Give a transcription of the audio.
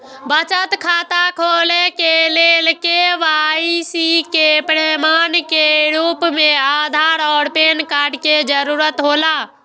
बचत खाता खोले के लेल के.वाइ.सी के प्रमाण के रूप में आधार और पैन कार्ड के जरूरत हौला